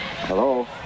Hello